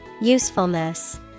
Usefulness